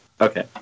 Okay